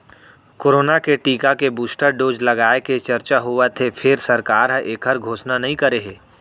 corona के टीका के बूस्टर डोज लगाए के चरचा होवत हे फेर सरकार ह एखर घोसना नइ करे हे